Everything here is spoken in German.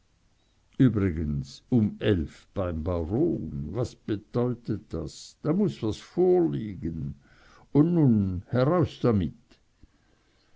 übrigens um elf beim baron was bedeutet das da muß was vorliegen und nun heraus damit